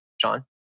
John